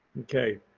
okay.